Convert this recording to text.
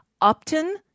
Upton